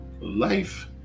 life